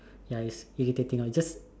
ya is irritating I'll just